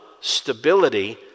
stability